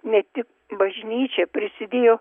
ne tik bažnyčia prisidėjo